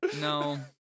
no